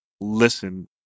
listen